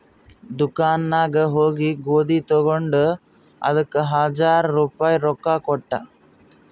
ದುಕಾನ್ ನಾಗ್ ಹೋಗಿ ಗೋದಿ ತಗೊಂಡ ಅದಕ್ ಹಜಾರ್ ರುಪಾಯಿ ರೊಕ್ಕಾ ಕೊಟ್ಟ